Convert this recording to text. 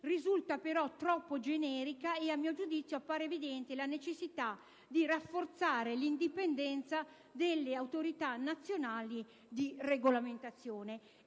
risulta però troppo generica ed a mio giudizio appare evidente la necessità di rafforzare l'indipendenza delle autorità nazionali di regolamentazione.